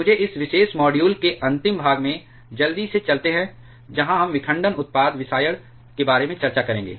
मुझे इस विशेष मॉड्यूल के अंतिम भाग में जल्दी से चलते हैं जहां हम विखंडन उत्पाद विषायण के बारे में चर्चा करेंगे